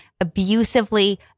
abusively